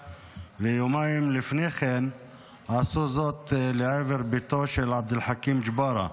ויומיים לפני כן עשו זאת לעבר ביתו של עבד אל-חכים ג'בארה,